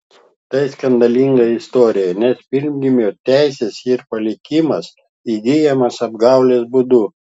tai skandalinga istorija nes pirmgimio teisės ir palikimas įgyjamas apgaulės būdu